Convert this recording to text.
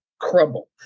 crumble